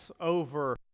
over